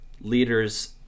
leaders